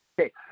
Okay